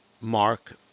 Mark